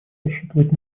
рассчитывать